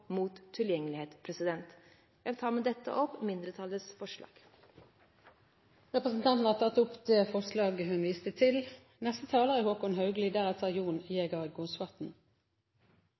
mot tilgjengelighet. Jeg tar med dette opp mindretallets forslag. Representanten Line Henriette Hjemdal har tatt opp det forslaget hun refererte til. Arbeiderpartiet deler mange av saksordførerens vurderinger. Legevakttjenesten er